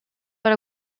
per